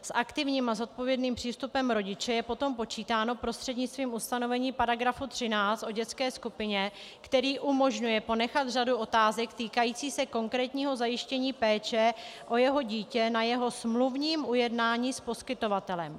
S aktivním a zodpovědným přístupem rodiče je potom počítáno prostřednictvím ustanovení § 13 o dětské skupině, který umožňuje ponechat řadu otázek týkající se konkrétního zajištění péče o jeho dítě na jeho smluvním ujednání s poskytovatelem.